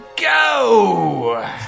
go